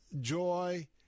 joy